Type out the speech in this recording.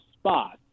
spots